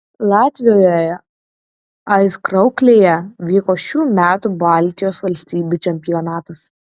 latvijoje aizkrauklėje vyko šių metų baltijos valstybių čempionatas